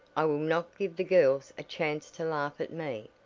i will not give the girls a chance to laugh at me,